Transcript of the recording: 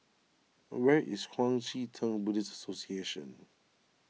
where is Kuang Chee Tng Buddhist Association